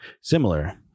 similar